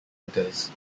voters